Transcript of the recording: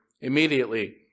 immediately